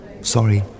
Sorry